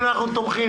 הנה אנחנו תומכים,